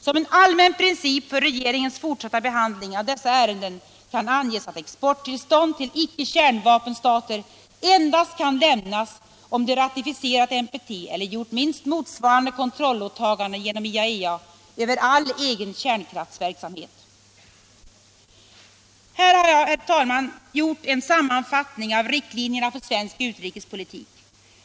Som en allmän princip för regeringens fortsatta behandling av dessa ärenden kan anges att exporttillstånd till icke-kärnvapenstater endast kan lämnas om de ratificerat NPT eller gjort minst motsvarande kontrollåtaganden genom IAEA över all egen kärnkraftsverksamhet. Här har bara gjorts en sammanfattning av riktlinjerna för svensk utrikespolitik.